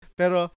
pero